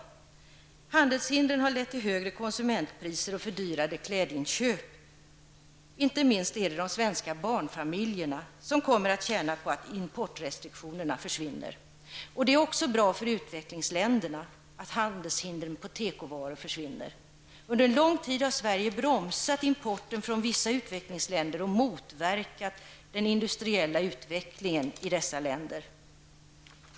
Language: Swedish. Handelshindren har lett till högre konsumentpriser och fördyrade klädinköp. Inte minst är det de svenska barnfamiljerna som kommer att känna på att importrestriktionerna försvinner. Det är också bra för utvecklingsländerna att handelshindren på tekovaror nu försvinner. Under lång tid har Sverige bromsat importen från vissa utvecklingsländer och motverkat den industriella utvecklingen i dessa länder.